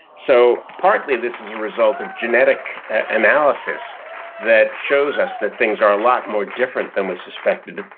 so partly this is a result of genetic analysis that shows us that things are a lot more different than we suspected.